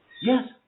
Yes